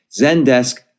Zendesk